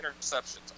interceptions